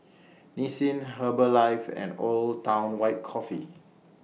Nissin Herbalife and Old Town White Coffee